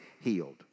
healed